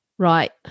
right